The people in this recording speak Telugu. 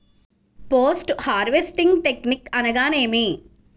పోస్ట్ హార్వెస్టింగ్ టెక్నిక్ అనగా నేమి?